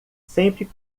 sempre